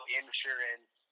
insurance